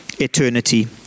eternity